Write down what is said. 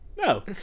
No